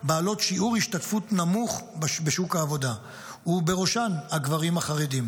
בעלות שיעור השתתפות נמוך בשוק העבודה ובראשן הגברים החרדים,